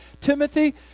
Timothy